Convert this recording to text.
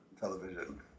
television